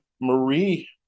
Marie